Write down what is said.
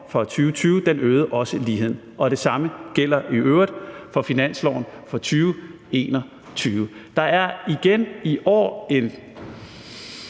for 2020 også øgede ligheden, og det samme gælder i øvrigt for finansloven for 2021. Der er igen i år en